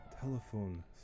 telephone